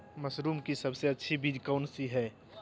Mushroom की सबसे अच्छी बीज कौन सी है?